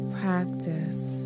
practice